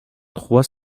trois